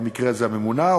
במקרה זה הממונָה,